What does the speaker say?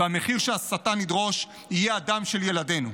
והמחיר שהשטן ידרוש יהיה הדם של ילדינו,